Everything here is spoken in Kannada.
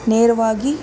ನೇರವಾಗಿ